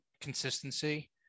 consistency